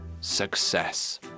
Success